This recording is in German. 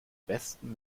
besten